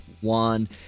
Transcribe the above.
one